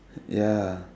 ya